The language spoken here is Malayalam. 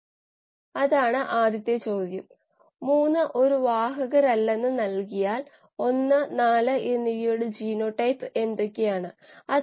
എന്നിവയ്ക്കിടയിലുള്ള അടിസ്ഥാനത്തിൽ ഉത്പാദിപ്പിക്കുന്ന കോശങ്ങളുടെയും ഉപയോഗിച്ച ഓക്സിജെൻറെയും അളവിന്റെ അനുപാതമാണ്